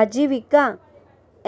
आजीविका